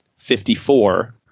54